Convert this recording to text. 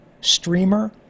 streamer